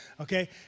okay